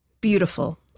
beautiful